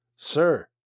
Sir